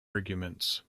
arguments